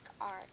art